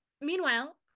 Meanwhile